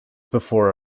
before